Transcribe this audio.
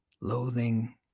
loathing